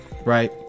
right